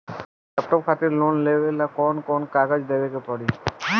Laptop खातिर loan लेवे ला कौन कौन कागज देवे के पड़ी?